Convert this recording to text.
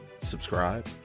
subscribe